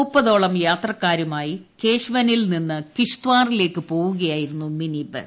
മുപ്പതോളം യാത്രക്കാരുമായി കേശ്വനിൽ നിന്ന് കിഷ്ത്വാറിലേക്ക് പോകുകയായിരുന്നു മിനി ബസ്